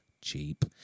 cheap